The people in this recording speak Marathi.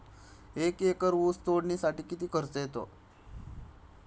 एक एकर ऊस तोडणीसाठी किती खर्च येतो?